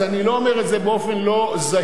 אז אני לא אומר את זה באופן לא זהיר,